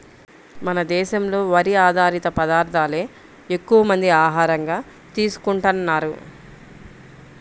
మన దేశంలో వరి ఆధారిత పదార్దాలే ఎక్కువమంది ఆహారంగా తీసుకుంటన్నారు